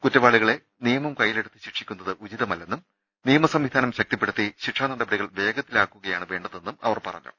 കുറ്റവാളികളെ നിയമം കയ്യി ലെടുത്ത് ശിക്ഷിക്കുന്നത് ഉചിതമല്ലെന്നും നിയമസംവിധാനം ശക്തിപ്പെ ടുത്തി ശിക്ഷാ നടപടികൾ വേഗത്തിലാക്കുകയാണ് വേണ്ടതെന്നും അവർ പറഞ്ഞു